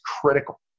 critical